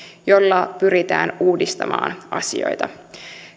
jolla pyritään uudistamaan asioita